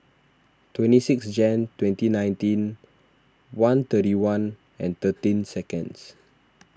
twenty six Jan twenty nineteen one thirty one and thirteen seconds